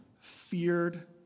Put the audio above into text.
feared